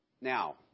Now